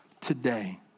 today